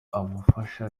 abafasha